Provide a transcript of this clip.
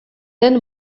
den